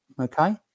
Okay